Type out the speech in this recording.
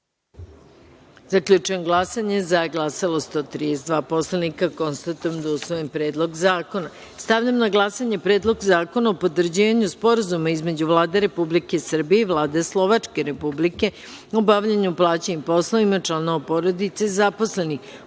celini. Zaključujem glasanje: za – 132, narodna poslanika. Konstatujem da je usvojen Predlog zakona. Stavljam na glasanje Predlog Zakona o potvrđivanju Sporazuma između Vlade Republike Srbije i Vlade Slovačke Republike o bavljenju plaćenim poslovima članova porodice zaposlenih